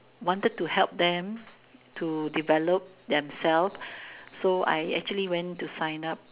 wanted to help them to develop themselves so I actually went to sign up